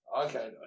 Okay